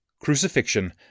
Crucifixion